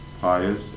pious